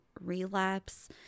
relapse